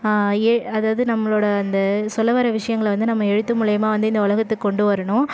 ஏ அதாவது நம்மளோட அந்த சொல்ல வர விஷயங்களை வந்து நம்ம எழுத்து மூலயமா வந்து இந்த உலகத்துக்கு கொண்டு வரணும்